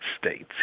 States